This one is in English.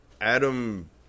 Adam